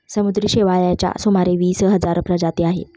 समुद्री शेवाळाच्या सुमारे वीस हजार प्रजाती आहेत